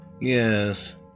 Yes